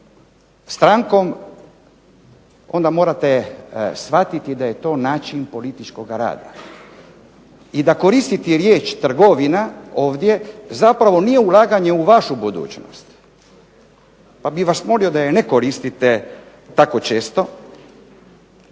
strankom onda morate shvatiti da je to način političkoga rada i da koristiti riječ trgovina ovdje zapravo nije ulaganje u vašu budućnost pa bih vas molio da je ne koristite tako često.